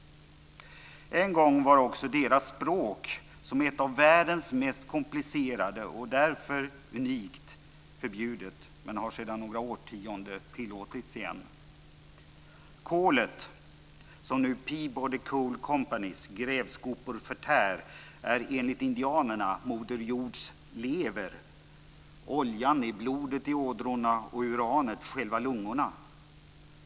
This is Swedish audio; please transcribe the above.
En gång var också deras språk, som är ett av världens mest komplicerade och därför unikt, förbjudet men har sedan några årtionden tillåtits igen. Kolet, som Peabody Coal Companys grävskopor nu förtär, är enligt indianerna moder jords lever. Oljan är blodet i ådrorna och uranet själva lungorna.